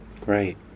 Great